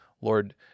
Lord